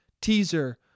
teaser